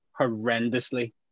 horrendously